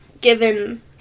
given